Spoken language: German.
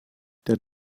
der